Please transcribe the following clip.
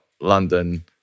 London